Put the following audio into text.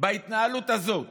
בהתנהלות הזאת